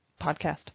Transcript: podcast